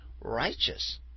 righteous